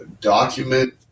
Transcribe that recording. document